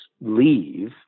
leave